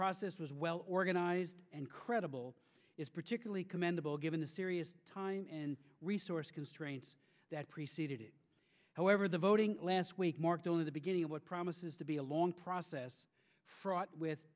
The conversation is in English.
process was well organized and credible is particularly commendable given the serious time and resource constraints that preceded it however the voting last week marked only the beginning of what promises to be a long process fraught with